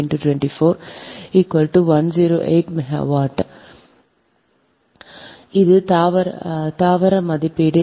இதுபிளான்ட் மதிப்பீடு